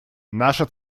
наша